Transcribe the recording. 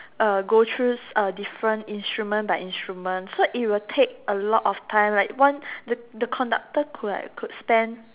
uh go through uh different instrument by instrument so it will take a lot of time like one the the conductor could like could spend